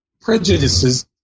prejudices